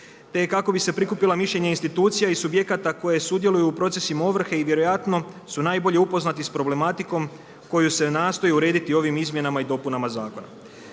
te kako bi se prikupilo mišljenje institucija i subjekata koje sudjeluju u procesima ovrhe i vjerojatno su najbolje upoznati sa problematikom koju se nastoji urediti ovim izmjenama i dopunama zakona.